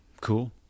Cool